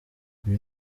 uyu